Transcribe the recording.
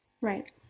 Right